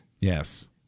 Yes